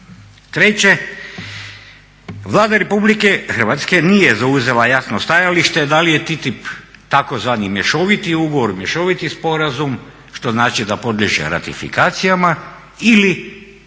Treće, Vlada RH nije zauzela jasno stajalište da li je TTIP tzv. mješoviti ugovor, mješoviti sporazum što znači da podliježe ratifikacijama ili